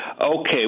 Okay